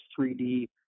3D